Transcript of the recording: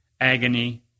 agony